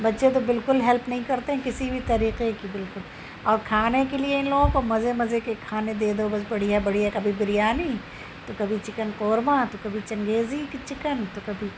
بچّے تو بالکل ہیلپ نہیں کرتے ہیں کسی بھی طریقے کی بالکل اور کھانے کے لیے ان لوگوں کو مزے مزے کے کھانے دے دو بس بڑھیا بڑھیا کبھی بریانی تو کبھی چکن قورمہ تو کبھی چنگیزی کی چکن تو کبھی